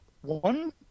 One